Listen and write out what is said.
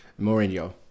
Mourinho